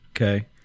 Okay